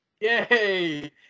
Yay